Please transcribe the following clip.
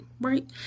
right